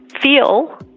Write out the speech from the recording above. feel